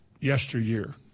yesteryear